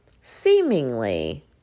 seemingly